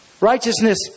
Righteousness